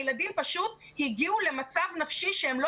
הילדים פשוט הגיעו למצב נפשי שהם לא